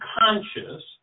conscious